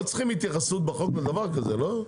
לא צריכים התייחסות בחוק לדבר כזה, לא?